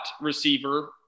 receiver